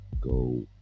go